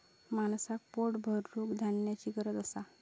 माणसाक पोट भरूक धान्याची गरज असा